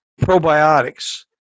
probiotics